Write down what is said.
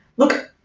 look,